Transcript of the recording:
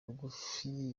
bugufi